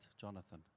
Jonathan